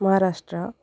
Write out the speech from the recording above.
Maharashtra